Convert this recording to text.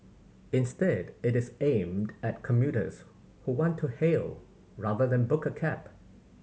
instead it is aimed at commuters who want to hail rather than book a cab